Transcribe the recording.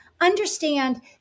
Understand